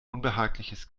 unbehagliches